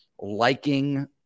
liking